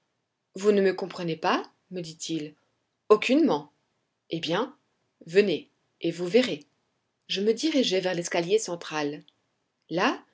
vous ne comprenez pas me dit-il aucunement eh bien venez et vous verrez je me dirigeai vers l'escalier central là